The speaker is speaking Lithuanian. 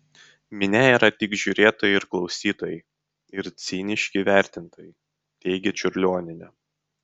minia yra tik žiūrėtojai ir klausytojai ir ciniški vertintojai teigia čiurlionienė